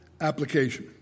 application